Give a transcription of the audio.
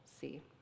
see